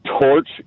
torch